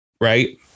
right